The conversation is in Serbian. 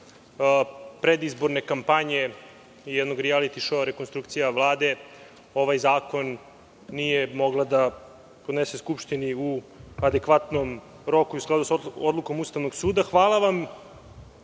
predizborne kampanje i jednog rialiti šoua rekonstrukcije Vlade ovaj zakon nije mogla da podnese Skupštini u adekvatnom roku i u skladu sa odlukom Ustavnog suda. Hvala vam